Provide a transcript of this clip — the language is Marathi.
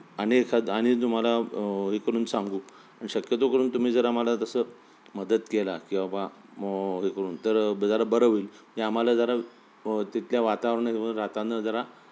आणि एखाद आणि तुम्हाला हे करून सांगू शक्यतो करून तुम्ही जर आम्हाला तसं मदत केली की बाबा मग हे करून तर जरा बरं होईल हे आम्हाला जरा तिथल्या वातावरणावर राहताना जरा